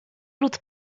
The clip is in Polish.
lud